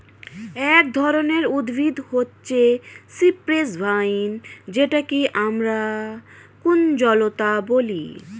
এক ধরনের উদ্ভিদ হচ্ছে সিপ্রেস ভাইন যেটাকে আমরা কুঞ্জলতা বলি